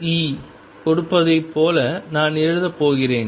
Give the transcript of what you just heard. இ கொடுப்பதைப் போல நான் எழுதப் போகிறேன்